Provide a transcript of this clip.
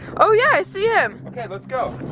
oh yeah, i see him. okay let's go.